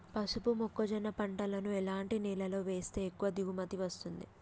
పసుపు మొక్క జొన్న పంటలను ఎలాంటి నేలలో వేస్తే ఎక్కువ దిగుమతి వస్తుంది?